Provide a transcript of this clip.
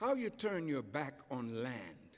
how you turn your back on the land